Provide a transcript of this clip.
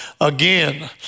again